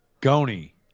Goni